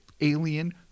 alien